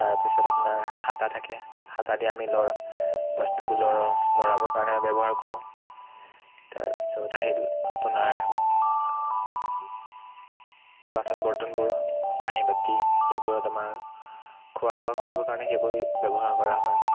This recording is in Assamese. তাৰপিছত আপোনাৰ হেতা থাকে হেতা দি আমি লৰা বস্তুবোৰ লৰাওঁ লৰাবৰ কাৰণে ব্যৱহাৰ কৰোঁ তাৰপিছত আহিল আপোনাৰ বাচন বৰ্তনবোৰ কাঁহী বাতি সেইবোৰত আমাৰ খোৱা বোৱা কৰিবৰ কাৰণে সেইবোৰ ব্যৱহাৰ কৰা হয়